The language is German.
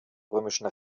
römischen